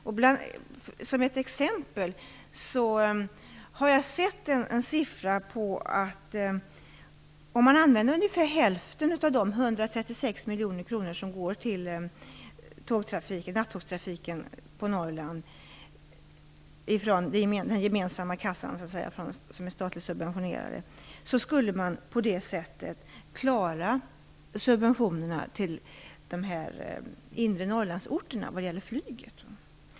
Jag har t.ex. hört att man med ungefär hälften av de 136 miljoner kronor som går till nattågstrafiken på Norrland, dvs. hälften av den gemensamma kassan, det som är statligt subventionerat, skulle kunna klara subventionerna till de inre Norrlandsorterna vad gäller flyget.